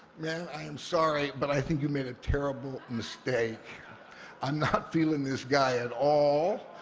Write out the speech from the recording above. man, i am sorry, but i think you made a terrible mistake i'm not feeling this guy at all.